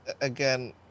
again